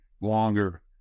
longer